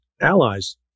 allies